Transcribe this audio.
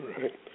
Right